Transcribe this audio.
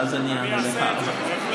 ואז אני אענה לך.